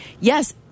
Yes